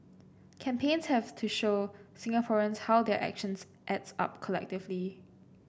campaigns have to show Singaporeans how their actions adds up collectively